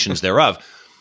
thereof